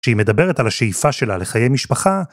‫כשהיא מדברת על השאיפה שלה ‫לחיי משפחה,